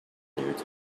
talents